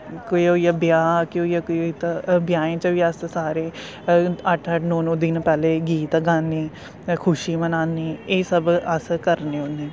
के होईया ब्याह् केह् हो्ने ब्याहें च बी अस सारे अट्ठ अट्ठ नौ नौ दिन पैह्ले गीत गान्ने खुशी बनाने एह् सब अस करने होन्ने